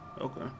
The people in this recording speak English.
okay